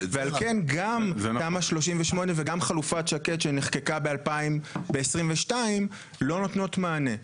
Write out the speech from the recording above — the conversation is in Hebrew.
ועל כן גם תמ"א 38 וגם חלופת שקד שנחקקה ב-2022 לא נותנות מענה.